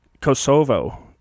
kosovo